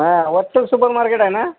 हा Vatsal supermarket आहे ना